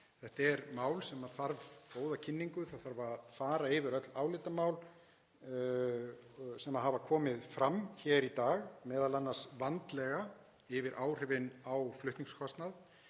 Þetta er mál sem þarf góða kynningu. Það þarf að fara yfir öll álitamál sem hafa komið fram hér í dag, m.a. vandlega yfir áhrifin á flutningskostnað.